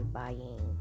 buying